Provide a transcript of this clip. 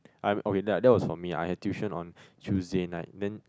I'm okay that that was for me I had tuition on Tuesday night then